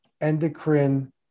endocrine